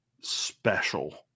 special